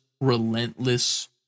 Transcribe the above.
relentless